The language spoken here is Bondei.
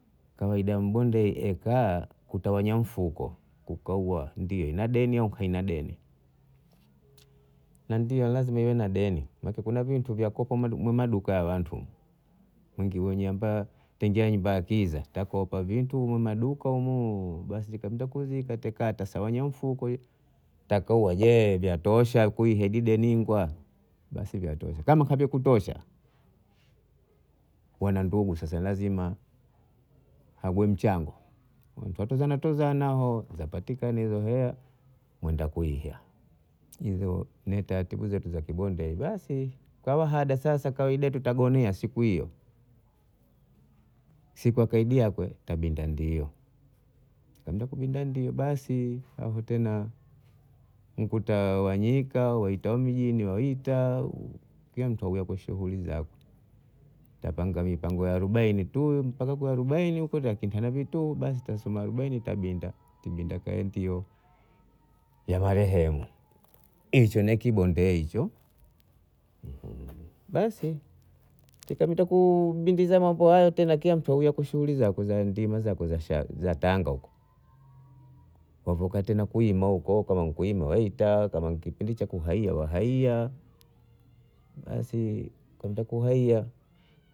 kawaida ya mmbondei ekaa kutawanya mfuko, ukaua ndio ina deni au haina deni, na ndio lazima iwe na deni make kuna vintu vyakopa kwenye maduka ya bhantu, mbha unyambaa tengia nyumba ya kiza takopa vintu mmaduka unu basi wendakizu ukatakakata sewanya mfuko takoya je vyatosha kwihe gideningwa basi vyatosha, kama havikutosha wanandugu sasa lazima ague mchango twatozanatozana hao zapatikana hea hea mwenda kuihiia netataatibu zetu za kibondei basi kawa hada sasa kawaida tutagonea siku hiyo sikukawaidiakwe tabinda ndio, kama kubinda ndio basi avutena nkutawanyika wahita mjini wahita nke mtu ahuya ku shughuli zake tapanga mipango ya arobaini tu mpaka kwa arobaini huko ntwatemana vituhu basi twasomana arobaini tabinda ntibinda nkaentio ya marehemu, hicho ni kibondei hicho, basi ikabindakubindiza mambo hayo tena kila mtu auya kwe shughuli zakwe za ndima zakwe za sha za tanga huko wavuka tena kuima huko kaam kuima wahita kama nkipindi cha kuahia wahaiya basi kama kuhaiya